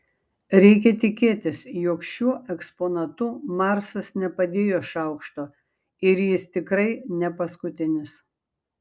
reikia tikėtis jog šiuo eksponatu marsas nepadėjo šaukšto ir jis tikrai ne paskutinis